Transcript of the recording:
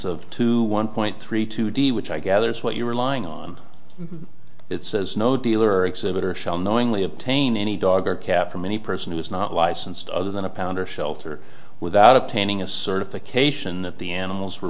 of two one point three two d which i gather is what you're relying on it says no dealer exhibitor shall knowingly obtain any dog or cat from any person who is not licensed other than a pound or shelter without obtaining a certification that the animals were